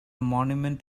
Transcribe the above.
monument